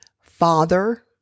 Father